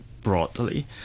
broadly